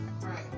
Right